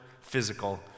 physical